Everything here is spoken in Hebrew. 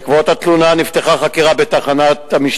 2. בעקבות התלונה נפתחה חקירה במשטרה